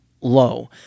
low